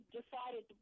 decided